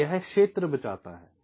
तो यह क्षेत्र बचाता है